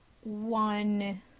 one